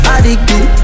Addicted